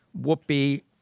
Whoopi